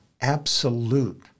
absolute